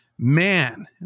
man